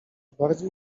bardziej